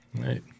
right